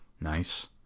nice